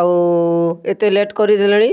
ଆଉ ଏତେ ଲେଟ୍ କରିଦେଲେଣି